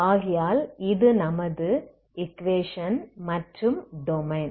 ஆகையால் இது நமது ஈக்வேஷன் மற்றும் டொமைன்